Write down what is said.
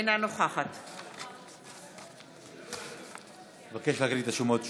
אינה נוכחת אני אבקש להקריא את השמות שוב,